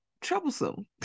troublesome